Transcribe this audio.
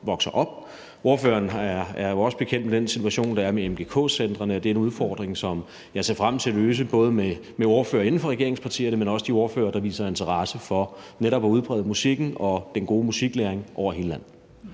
vokser op. Ordføreren er jo også bekendt med den situation, der er med MGK-centrene. Det er en udfordring, jeg ser frem til at løse, både med ordførere inden for regeringspartierne, men også de ordførere, der viser interesse for netop at udbrede musikken og den gode musiklæring over hele landet.